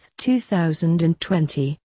2020